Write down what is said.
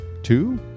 Two